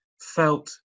felt